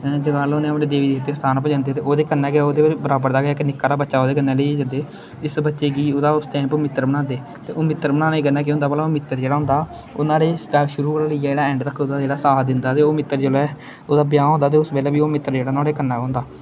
हैं जगाल लुआने अपने देबी देबतें दे स्थान उप्पर जंदे ते ओह्दे कन्नै गै ओह् ओह्दे पर बराबर दा गै इक निक्का हारा बच्चा ओह्दे कन्नै लेइयै जंदे इस बच्चे गी ओह्दा उस टाइम उप्पर मित्तर बनांदे ते हून मित्तर बनाने कन्नै केह् होंदा भला ओह् मित्तर जेह्ड़ा होंदा ओह् नुहाड़े शुरु कोला लेइयै ऐंड तक ओह्दा जेह्ड़ा साथ दिंदा ऐ ते ओह् मित्तर जेल्लै ओह्दा ब्याह होंदा ते उस बेल्लै बी ओह् मित्तर जेह्ड़ा नुआड़े कन्नै होंदा